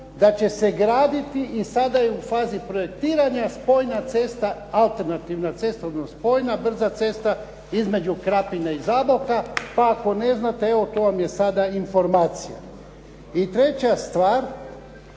da će se graditi i sada je u fazi projektiranja spojna cesta, alternativna cesta odnosno spojna brza cesta između Krapine i Zaboka, pa ako ne znate evo to vam je sada informacija. I treća stvar,